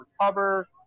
cover